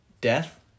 death